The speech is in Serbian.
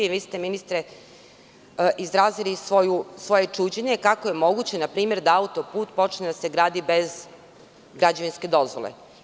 Vi ste, ministre, izrazili svoje čuđenje kako je moguće, npr, da autoput počne da se gradi bez građevinske dozvole.